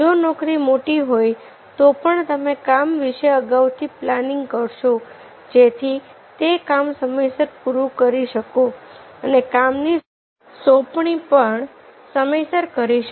જો નોકરી મોટી હોય તો પણ તમે કામ વિશે અગાઉથી પ્લાનિંગ કરશો જેથી તે કામ સમયસર પૂરું કરી શકો અને કામની સોંપણી પણ સમયસર કરી શકો